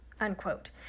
unquote